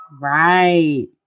Right